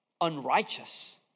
unrighteous